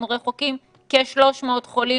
אנחנו רחוקים כ-300 חולים,